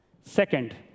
Second